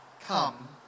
come